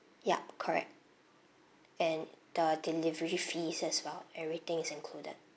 yup correct and the delivery fees as well everything is included